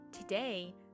Today